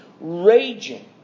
raging